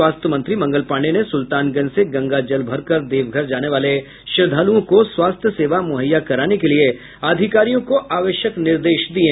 स्वास्थ्य मंत्री मंगल पांडेय ने सुल्तानगंज से गंगा जल भरकर देवघर जाने वाले श्रद्धालुओं को स्वास्थ्य सेवा मुहैया कराने के लिए अधिकारियों को आवश्यक निर्देश दिये